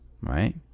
right